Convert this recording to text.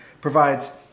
provides